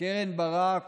קרן ברק